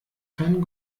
keinen